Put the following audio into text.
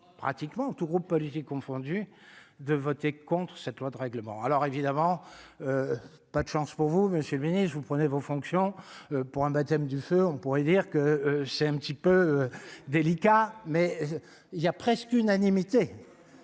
pratiquement tous groupes politiques confondus, de voter contre cette loi de règlement, alors évidemment, pas de chance pour vous, Monsieur le Ministre, vous prenez vos fonctions pour un baptême du feu, on pourrait dire que c'est un petit peu délicat, mais il y a presque unanimité